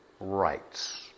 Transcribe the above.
rights